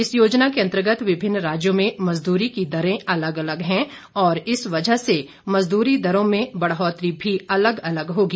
इस योजना के अंतर्गत विभिन्न राज्यों में मजदूरी की दरें अलग अलग हैं और इस वजह से मजदूरी दरों में बढ़ोत्तरी भी अलग अलग होगी